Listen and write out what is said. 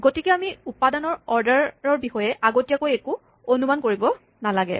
গতিকে আমি উপাদানৰ অৰ্ডাৰ বিষয়ে আগতীয়াকৈ একো অনুমান কৰিব নালাগে